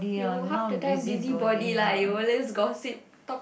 you half the time busybody lah !aiyo! let's gossip talk